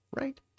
right